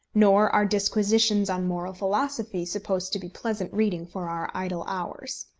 nor are disquisitions on moral philosophy supposed to be pleasant reading for our idle hours.